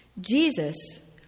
Jesus